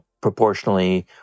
proportionally